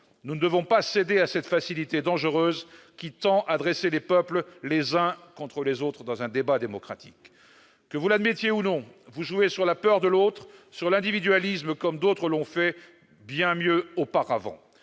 Nous ne devons pas céder à cette facilité dangereuse, qui tend à dresser les peuples les uns contre les autres dans un débat démocratique. Que vous l'admettiez ou non, vous jouez sur la peur de l'autre, sur l'individualisme, comme d'autres l'ont fait bien mieux auparavant.